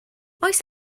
oes